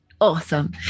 Awesome